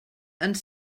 ens